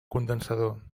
condensador